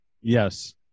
Yes